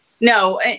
No